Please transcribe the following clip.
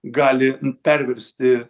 gali perversti